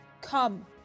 Come